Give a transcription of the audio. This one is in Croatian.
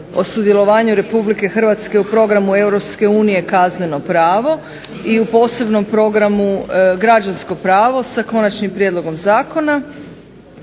o sudjelovanju Republike Hrvatske u Programu Europske unije Kazneno pravo i u posebnom Programu Građansko pravo sa konačnim prijedlogom zakona.